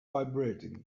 vibrating